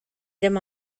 dim